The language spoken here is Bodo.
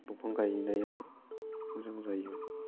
दंफां गायनाया मोजां जायो